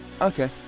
Okay